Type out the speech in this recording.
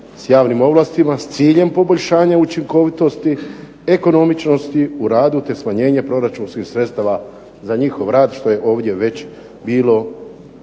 s javnim ovlastima s ciljem poboljšanja učinkovitosti, ekonomičnosti u radu te smanjenje proračunskih sredstava za njihov rad što je ovdje već bilo